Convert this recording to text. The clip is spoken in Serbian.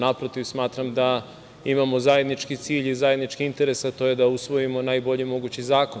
Naprotiv, smatram da imamo zajednički cilj i zajednički interes, a to je da usvojimo najbolji mogući zakon.